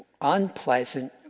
unpleasant